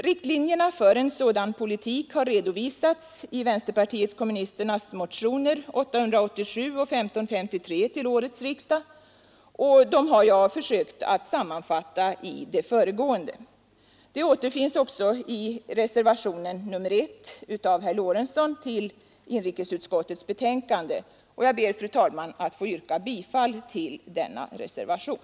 Riktlinjerna för en sådan politik har redovisats i vänsterpartiet kommunisternas motioner 887 och 1553 till årets riksdag, och dem har jag försökt sammanfatta i det föregående. De återfinns i reservationen 1 av herr Lorentzon till inrikesutskottets betänkande. Jag ber, fru talman, att få yrka bifall till denna reservation.